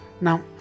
Now